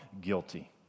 guilty